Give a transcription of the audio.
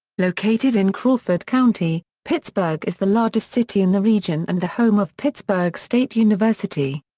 located in crawford county, pittsburg is the largest city in the region and the home of pittsburg state university.